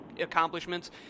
accomplishments